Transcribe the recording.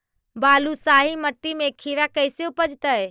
बालुसाहि मट्टी में खिरा कैसे उपजतै?